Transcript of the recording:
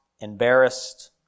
embarrassed